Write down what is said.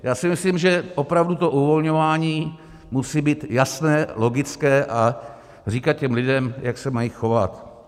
Já si myslím, že opravdu to uvolňování musí být jasné, logické a říkat těm lidem, jak se mají chovat.